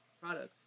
products